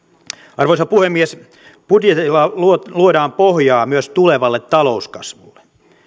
arvoisa puhemies budjetilla luodaan pohjaa myös tulevalle talouskasvulle